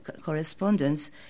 correspondence